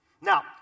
Now